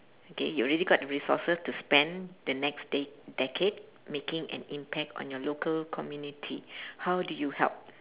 okay you already got the resources to spend the next de~ decade making an impact on your local community how do you help